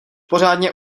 pořádně